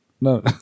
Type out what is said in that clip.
no